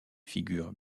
figurent